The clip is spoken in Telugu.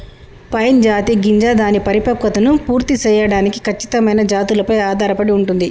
పైన్ జాతి గింజ దాని పరిపక్వతను పూర్తి సేయడానికి ఖచ్చితమైన జాతులపై ఆధారపడి ఉంటుంది